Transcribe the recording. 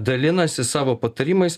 dalinasi savo patarimais